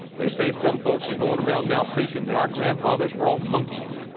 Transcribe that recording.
they say some folks are goin' round now preachin' that our grandfathers were all monkeys.